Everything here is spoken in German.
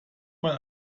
mal